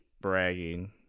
bragging